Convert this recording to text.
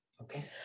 Okay